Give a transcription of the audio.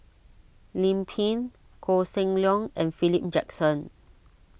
Lim Pin Koh Seng Leong and Philip Jackson